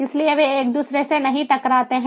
इसलिए वे एक दूसरे से नहीं टकराते है